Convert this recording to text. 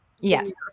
yes